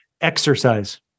exercise